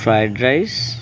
fried rice